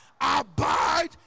abide